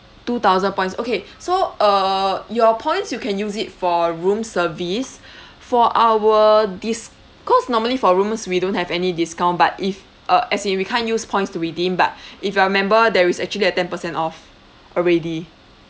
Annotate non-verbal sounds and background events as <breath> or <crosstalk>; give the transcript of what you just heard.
two thousand points okay so uh your points you can use it for room service <breath> for our dis~ cause normally for rooms we don't have any discount but if uh as in we can't use points to redeem but <breath> if I remember there is actually a ten percent off already